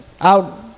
out